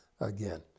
again